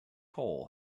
hole